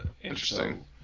interesting